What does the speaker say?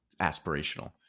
Aspirational